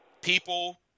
people